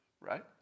right